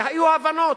והיו הבנות.